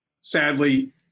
Sadly